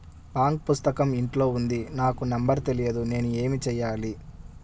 Bank పుస్తకం ఇంట్లో ఉంది నాకు నంబర్ తెలియదు నేను ఏమి చెయ్యాలి?